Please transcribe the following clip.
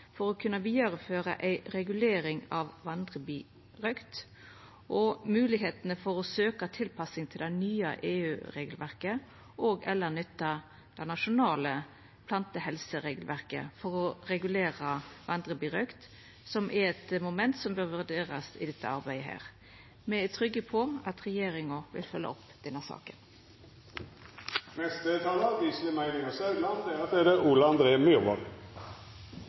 for å kunna vidareføra ei regulering av vandrebirøkt. Moglegheitene for å søkja tilpassing til det nye EU-regelverket og/eller nytte det nasjonale plantehelseregelverket til å regulera vandrebirøkt er moment som bør vurderast i dette arbeidet. Me er trygge på at regjeringa vil følgja opp denne